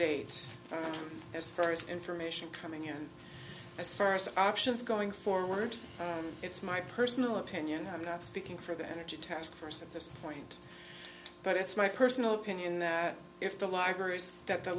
y as far as information coming in as far as options going forward it's my personal opinion i'm not speaking for the energy task force at this point but it's my personal opinion that if the library that the